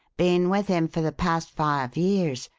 been with him for the past five years.